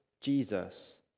Jesus